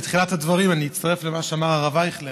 בתחילת הדברים אני אצטרף למה שאמר הרב אייכלר.